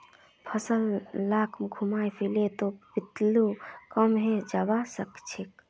फसल लाक घूमाय लिले पर पिल्लू कम हैं जबा सखछेक